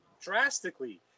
drastically